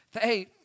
Hey